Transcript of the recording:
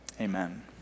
Amen